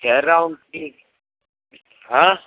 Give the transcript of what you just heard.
कह रहा हूँ कि हाँ